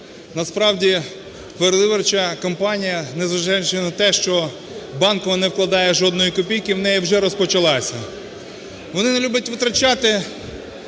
Насправді, передвиборча кампанія, незважаючи на те, що Банкова не вкладає жодної копійки в неї, вже розпочалася. Вони не люблять витрачати